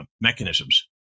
mechanisms